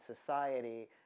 society